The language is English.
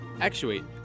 actuate